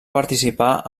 participar